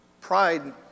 Pride